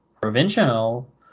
provincial